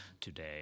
today